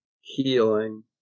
Healing